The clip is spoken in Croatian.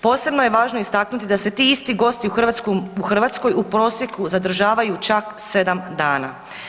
Posebno je važno istaknuti da se ti isti gosti u Hrvatskoj u prosjeku zadržavaju čak sedam dana.